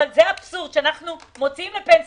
זה האבסורד, שאנחנו מוציאים לפנסיה.